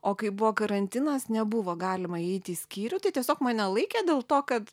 o kai buvo karantinas nebuvo galima įeiti į skyrių tai tiesiog mane laikė dėl to kad